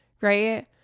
Right